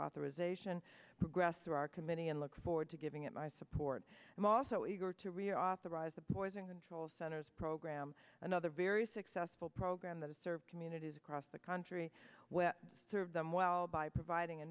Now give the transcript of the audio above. reauthorization progress through our committee and look forward to giving it my support i'm also eager to reauthorize the poison control centers program another very successful program that serves communities across the country served them well by providing a